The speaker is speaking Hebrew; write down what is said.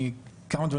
אני, כמה דברים.